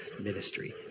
ministry